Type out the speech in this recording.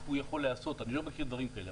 הוא יכול להיעשות אני לא מכיר דברים כאלה,